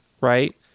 right